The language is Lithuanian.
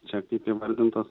čia kaip įvardintos